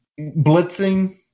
Blitzing